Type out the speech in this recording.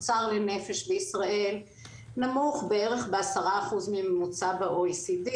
התוצר לנפש בישראל נמוך בערך ב-25% מהממוצע ב-OECD,